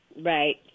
right